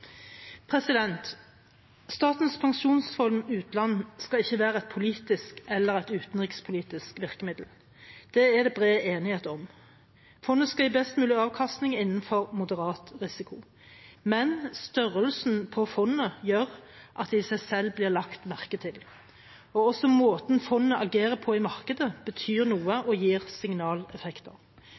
Statens pensjonsfond utland skal ikke være et politisk eller utenrikspolitisk virkemiddel. Det er det bred enighet om. Fondet skal gi best mulig avkastning innenfor moderat risiko, men størrelsen på fondet gjør at det i seg selv blir lagt merke til, og også måten fondet agerer på i markedet, betyr noe og gir